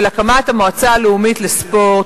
של הקמת המועצה הלאומית לספורט,